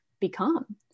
become